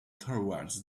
towards